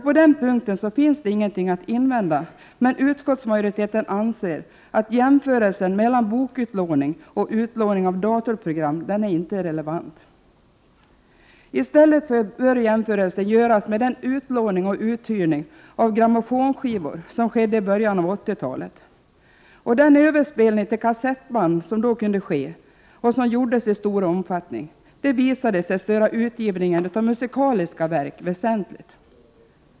På den punkten finns det inget att invända, men utskottsmajoriteten anser att jämförelsen mellan bokutlåning och utlåning av datorprogram inte är relevant. I stället bör jämförelsen göras med den utlåning och uthyrning av grammofonskivor som skedde i början av 80-talet. Den överspelning till kassettband som då kunde ske och som gjordes istor omfattning visade sig störa utgivningen av musikaliska verk väsentligt.